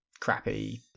crappy